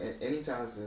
anytime